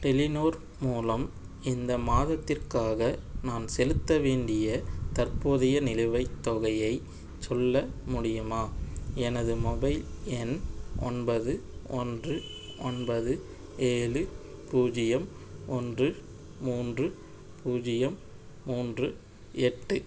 Telenor மூலம் இந்த மாதத்திற்காக நான் செலுத்த வேண்டிய தற்போதைய நிலுவைத் தொகையை சொல்ல முடியுமா எனது மொபைல் எண் ஒன்பது ஒன்று ஒன்பது ஏழு பூஜ்ஜியம் ஒன்று மூன்று பூஜ்ஜியம் மூன்று எட்டு